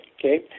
okay